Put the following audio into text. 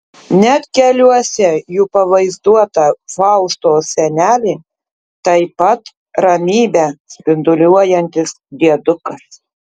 net keliuose jų pavaizduota faustos senelė taip pat ramybe spinduliuojantis diedukas